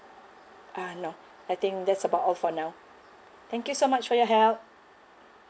ah no I think that's about all for now thank you so much for your help